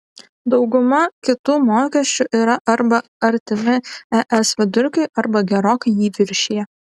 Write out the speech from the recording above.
dauguma kitų mokesčių yra arba artimi es vidurkiui arba gerokai jį viršija